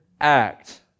act